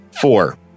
Four